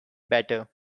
better